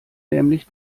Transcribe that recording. nämlich